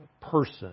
person